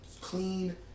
clean